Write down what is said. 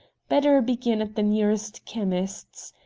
better begin at the nearest chemist's.